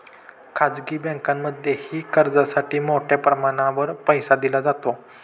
खाजगी बँकांमध्येही कर्जासाठी मोठ्या प्रमाणावर पैसा दिला जातो